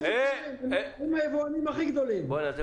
זה בדיוק הסיפור --- בוודאי, בוודאי.